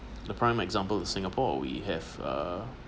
the prime example in singapore we have a